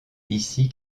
ici